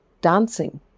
dancing